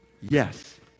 Yes